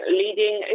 leading